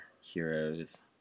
heroes